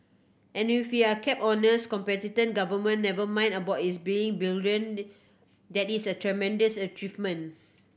and if we are kept honest competent government never mind about its being brilliant that is a tremendous achievement